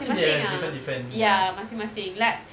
I think they have different different like